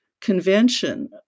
convention